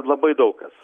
labai daug kas